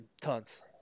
tons